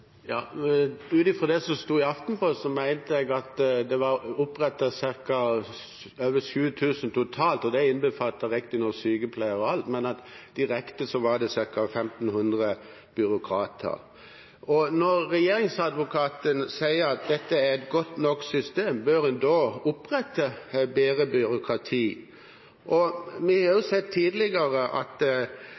Ut ifra det som sto i Aftenposten, mente jeg at det direkte var opprettet ca. 1 500 byråkratiårsverk. Totalt er det over 7 000 flere statsansatte, det innbefatter riktignok sykepleiere og alt. Når Regjeringsadvokaten sier at dette er et godt nok system, bør en da opprette mer byråkrati? Vi har jo sett det tidligere